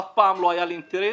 אף פעם לא היה לי אינטרס,